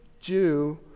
Jew